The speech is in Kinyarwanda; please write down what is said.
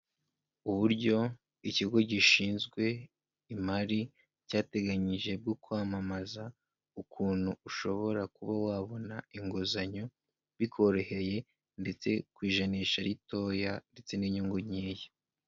Uburyo ikigo gishinzwe imari cyateganyije bwo kwamamaza ukuntu ushobora kuba wabona inguzanyo bikoroheye, ndetse ku ijanisha ritoya, ndetse n'inyungu nkeya.